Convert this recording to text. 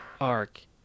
ark